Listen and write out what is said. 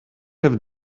have